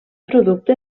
producte